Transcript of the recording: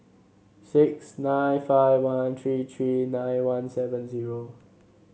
six nine five one three three nine one seven zero